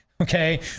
okay